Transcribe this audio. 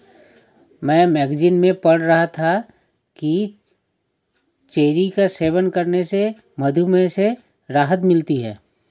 मैं मैगजीन में पढ़ रहा था कि चेरी का सेवन करने से मधुमेह से राहत मिलती है